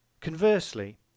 conversely